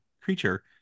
creature